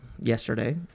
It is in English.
yesterday